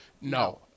No